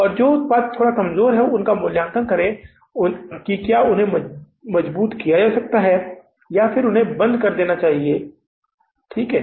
और जो उत्पाद थोड़ा कमजोर हैं हमें उनका मूल्यांकन करना होगा कि क्या उन्हें मजबूत किया जाना चाहिए या उन्हें बंद कर दिया जाना चाहिए ठीक है